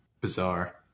bizarre